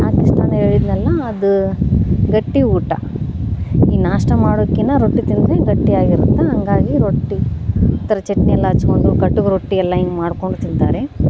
ಯಾಕೆ ಇಷ್ಟ ಅಂದು ಹೇಳಿದ್ನಲ್ಲ ಅದು ಗಟ್ಟಿ ಊಟ ಈ ನಾಷ್ಟ ಮಾಡೋದ್ಕಿಂತ ರೊಟ್ಟಿ ತಿಂದರೆ ಗಟ್ಟಿ ಆಗಿರುತ್ತೆ ಹಂಗಾಗಿ ರೊಟ್ಟಿ ಈ ಥರ ಚಟ್ನಿ ಎಲ್ಲ ಹಚ್ಕೊಂಡು ಕಟಕ್ ರೊಟ್ಟಿ ಎಲ್ಲ ಹಿಂಗೆ ಮಾಡಿಕೊಂಡು ತಿಂತಾರೆ